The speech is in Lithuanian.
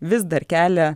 vis dar kelia